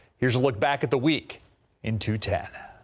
here's a look back at the week into tech.